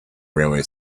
railway